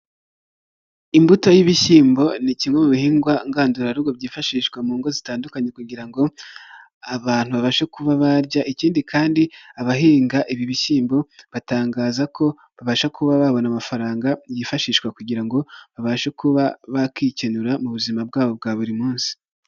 Imbuto y'ibishyimbo ni kimwe mu bihingwa ngandurarugo byifashishwa mu ngo zitandukanye kugira ngo abantu babashe kuba barya. Ikindi kandi abahinga ibi bishyimbo, batangaza ko babasha kuba babona amafaranga byifashishwa kugira ngo babashe kuba bakikenura mu buzima bwabo bwa buri munsi.